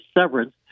severance